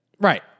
Right